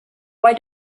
why